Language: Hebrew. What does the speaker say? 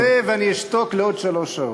תכף אשב על הכיסא ואשתוק עוד שלוש שעות.